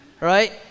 Right